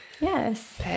yes